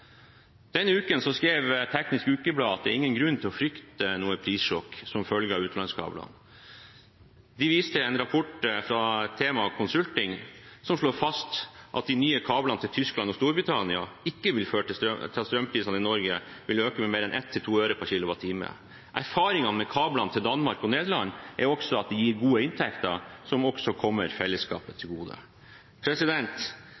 Denne uken skrev Teknisk Ukeblad at det er ingen grunn til å frykte noe prissjokk som følge av utenlandskabler. De viste til en rapport fra Thema Consulting som slår fast at de nye kablene til Tyskland og Storbritannia ikke vil øke strømprisen i Norge med mer enn 1–2 øre per kWh. Erfaringene med kablene til Danmark og Nederland er også at de gir gode inntekter, som også kommer fellesskapet